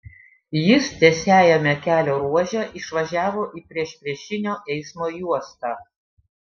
jis tiesiajame kelio ruože išvažiavo į priešpriešinio eismo juostą